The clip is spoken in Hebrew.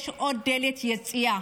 יש עוד דלת יציאה.